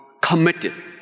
committed